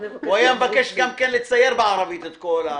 הוא היה מבקש גם לצייר בערבית את הכול,